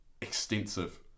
extensive